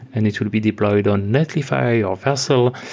and it will be deployed on netlify or vercel,